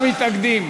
46 מתנגדים,